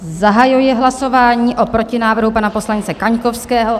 Zahajuji hlasování o protinávrhu pana poslance Kaňkovského.